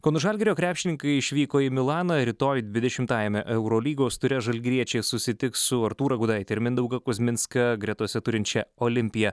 kauno žalgirio krepšininkai išvyko į milaną rytoj dvidešimtajame eurolygos ture žalgiriečiai susitiks su artūrą gudaitį ir mindaugą kuzminską gretose turinčią olimpija